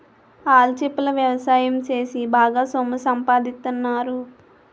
ఆల్చిప్పల ఎవసాయం సేసి బాగా సొమ్ము సంపాదిత్తన్నారు